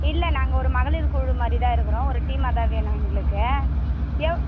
இல்லை நாங்கள் ஒரு மகளிர் குழு மாதிரிதான் இருக்கிறோம் ஒரு டீம்மாகதான் வேணும் எங்களுக்கு எவ்